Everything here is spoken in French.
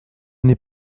n’est